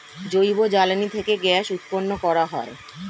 জৈব জ্বালানি থেকে গ্যাস উৎপন্ন করা যায়